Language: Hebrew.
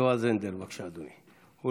יועז הנדל, בבקשה, ואחריו,